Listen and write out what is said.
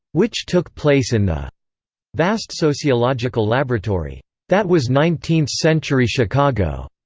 which took place in the vast sociological laboratory that was nineteenth century chicago.